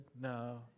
No